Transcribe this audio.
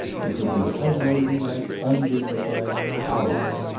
it would be unladylike, undignified, cowardly.